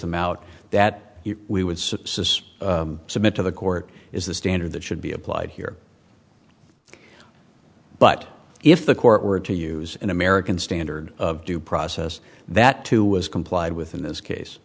them out that we would subsists submit to the court is the standard that should be applied here but if the court were to use an american standard of due process that too was complied with in this case